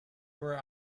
were